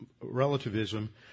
relativism